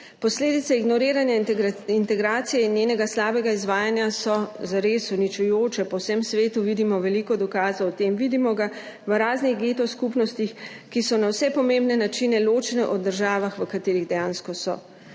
Posledice ignoriranja in integracije in njenega slabega izvajanja so zares uničujoče. Po vsem svetu vidimo veliko dokazov o tem, vidimo ga v raznih geto skupnostih, ki so na vse pomembne načine ločene v državah, v katerih dejansko so.